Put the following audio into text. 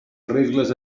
regles